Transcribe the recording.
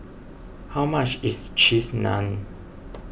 how much is Cheese Naan